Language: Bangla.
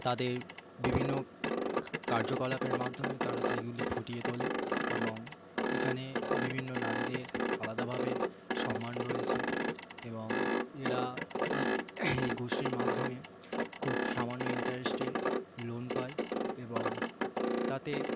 তাদের বিভিন্ন কার্যকলাপের মাধ্যমে তারা সেইগুলি ফুটিয়ে তোলে এবং এইখানে বিভিন্ন নারীদের আলাদাভাবে সম্মান রয়েছে এবং এরা এই এই গোষ্ঠীর মাধ্যমে খুব সামান্য ইন্টারেস্টে লোন পায় এবং তাতে